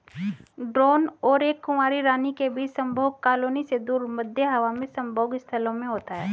drone और एक कुंवारी रानी के बीच संभोग कॉलोनी से दूर, मध्य हवा में संभोग स्थलों में होता है